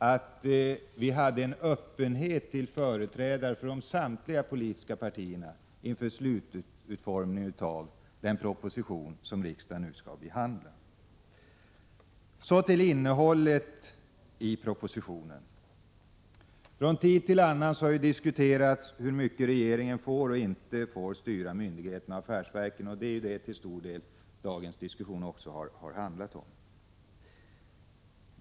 1986/87:122 företrädarna för samtliga politiska partier inför slututformningen av den — 13 maj 1987 proposition som riksdagen nu skall behandla. Ledni ä Beträffande innehållet i propositionen har det från tid till annan diskute X AS & ERNER liga förvaltningen rats hur mycket regeringen får och inte får styra myndigheterna och affärsverken. Det är till stor del också detta dagens diskussion har handlat om.